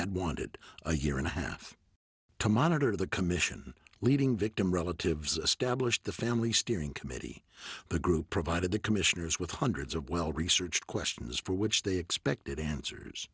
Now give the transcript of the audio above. had wanted a year and a half to monitor the commission leading victims relatives established the family steering committee the group provided the commissioners with hundreds of well researched questions for which they expected answers